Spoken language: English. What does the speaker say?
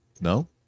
no